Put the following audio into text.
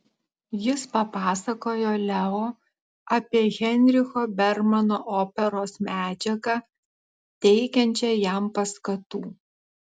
jis papasakojo leo apie heinricho bermano operos medžiagą teikiančią jam paskatų